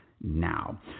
now